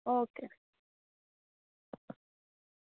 okay